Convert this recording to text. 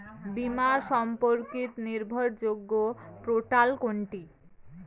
বীমা সম্পর্কিত নির্ভরযোগ্য পোর্টাল কোনটি?